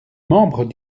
membres